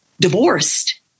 divorced